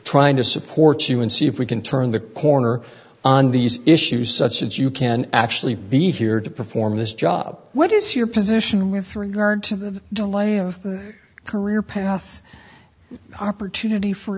trying to support you and see if we can turn the corner on these issues such as you can actually be here to perform this job what is your position with regard to the delay of career path opportunity for